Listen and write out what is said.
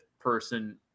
person